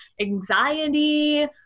anxiety